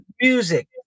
music